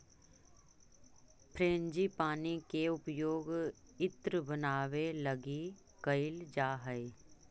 frangipani के उपयोग इत्र बनावे लगी कैइल जा हई